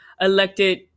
elected